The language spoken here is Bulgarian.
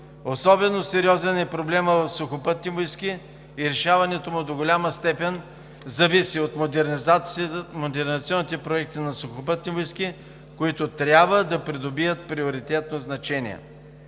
Особено сериозен е проблемът в Сухопътни войски и решаването му до голяма степен зависи от модернизационните проекти на Сухопътни войски, които трябва да придобият приоритетно значение.